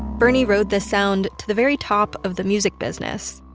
bernie rode this sound to the very top of the music business.